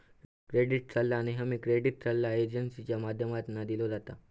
credit सल्ला नेहमी credit सल्ला एजेंसींच्या माध्यमातना दिलो जाता